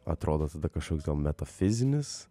atrodo tada kažkoks metafizinis